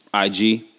ig